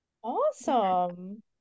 Awesome